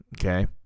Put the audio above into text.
Okay